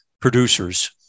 producers